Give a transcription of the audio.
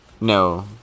No